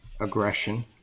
aggression